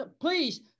please